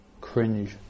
cringe